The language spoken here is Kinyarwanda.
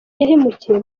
yahemukiye